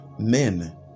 men